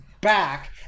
back